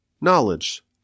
knowledge